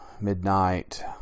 midnight